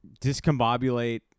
discombobulate